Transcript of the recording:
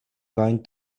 going